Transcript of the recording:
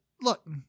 Look